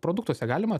produktuose galima